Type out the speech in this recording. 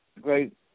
great